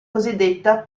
cosiddetta